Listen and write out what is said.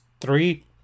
three